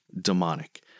demonic